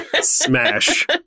Smash